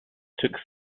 took